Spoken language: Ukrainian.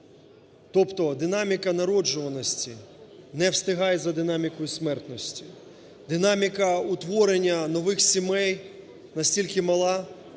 Тобто динаміка народжуваності не встигає за динамікою смертності. Динаміка утворення нових сімей настільки мала,